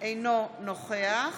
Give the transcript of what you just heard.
אינו נוכח